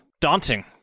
daunting